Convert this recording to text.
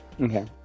Okay